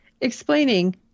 Explaining